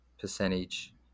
percentage